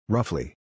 Roughly